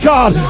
God